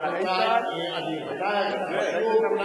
תודה רבה לחבר הכנסת איתן כבל.